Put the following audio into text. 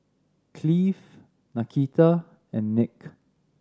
Cleve Nakita and Nick